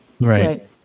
Right